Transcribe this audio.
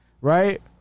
right